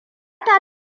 ta